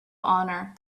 honor